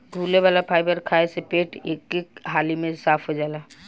घुले वाला फाइबर खाए से पेट एके हाली में साफ़ हो जाला